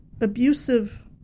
abusive